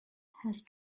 has